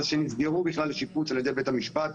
שנסגרו בכלל לשיפוץ על ידי בית המשפט,